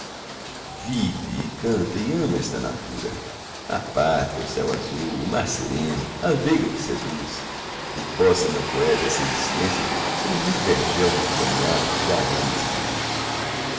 canta e ama esta natura a pátria o céu azul o mar sereno a veiga que seduz e possa meu poeta essa existência ser um lindo vergel todo banhado de aromas e de luz